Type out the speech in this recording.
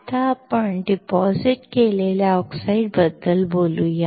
आता आपण डिपॉझिट केलेल्या ऑक्साईड्सबद्दल बोलूया